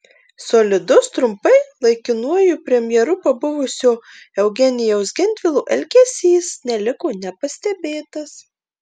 solidus trumpai laikinuoju premjeru pabuvusio eugenijaus gentvilo elgesys neliko nepastebėtas